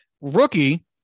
Rookie